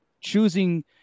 choosing